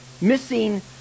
missing